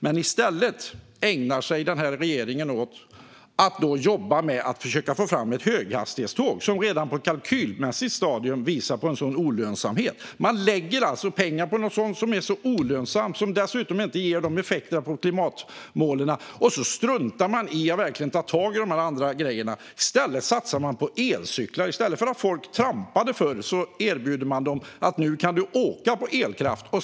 I stället ägnar sig regeringen åt att försöka få fram ett höghastighetståg som redan på ett kalkylmässigt stadium visar på olönsamhet. Man lägger alltså pengar på något som är olönsamt och som dessutom inte ger några effekter på klimatmålen, och så struntar man i att verkligen ta tag i de andra grejorna. I stället satsar man på elcyklar. Förr trampade folk, men nu erbjuder man dem i stället att åka med elkraft.